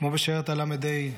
כמו בשיירת הל"ה,